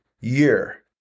year